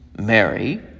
Mary